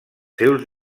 seus